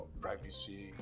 privacy